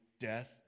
death